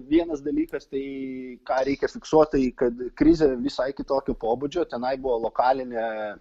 vienas dalykas tai ką reikia fiksuot tai kad krizė visai kitokio pobūdžio tenai buvo lokalinė